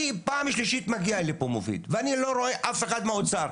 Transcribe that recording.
אני פעם שלישית מגיע לפה ואני לא רואה אף אחד מהאוצר,